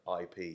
IP